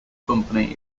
company